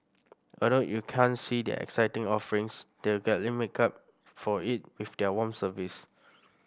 although you can't see their exciting offerings they gladly make up for it with their warm service